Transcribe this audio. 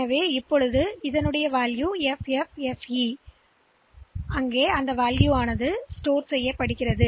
எனவே மதிப்பு குறைக்கப்படும் அது FFFE ஆக மாறும் பின்னர் மதிப்பு சேமிக்கப்படும்